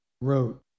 wrote